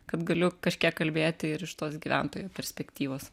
kad galiu kažkiek kalbėti ir iš tos gyventojo perspektyvos